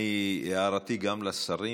הערתי גם לשרים.